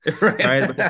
right